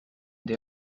they